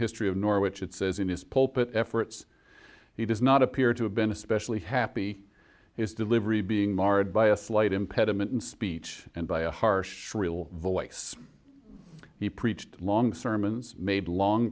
history of norwich it says in his pulpit efforts he does not appear to have been especially happy his delivery being marred by a slight impediment in speech and by a harsh shrill voice he preached long sermons made long